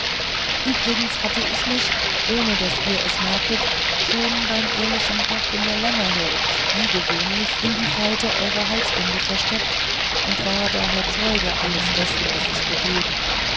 übrigens hatte ich mich ohne daß ihr es merktet schon beim ehrlichen buchbindermeister lämmerhirt wie gewöhnlich in die falte eurer halsbinde versteckt und war daher zeuge alles dessen was sich begeben